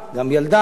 גם ילדה.